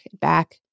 back